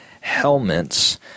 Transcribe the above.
helmets